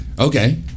Okay